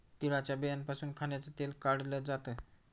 तिळाच्या बियांपासून खाण्याचं तेल काढल जात